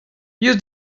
use